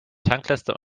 tanklaster